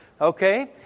Okay